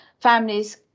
families